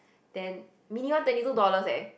then mini one twenty two dollars leh